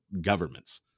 governments